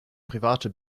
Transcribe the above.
private